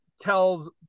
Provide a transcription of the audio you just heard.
tells